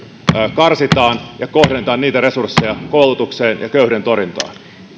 karsitaan ja kohdennetaan niitä resursseja koulutukseen ja köyhyyden torjuntaan